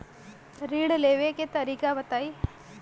ऋण लेवे के तरीका बताई?